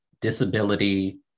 disability